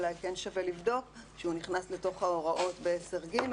אולי כן שווה לבדוק שהוא נכנס לתוך ההוראות ב-10(ג),